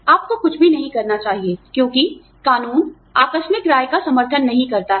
आपको कभी कुछ नहीं कहना चाहिए क्योंकि कानून आकस्मिक राय का समर्थन नहीं करता है